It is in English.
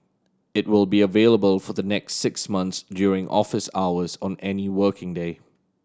it will be available for the next six months during office hours on any working day